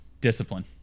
discipline